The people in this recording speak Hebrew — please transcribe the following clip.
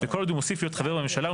וכל עוד הוא מוסיף להיות חבר בממשלה,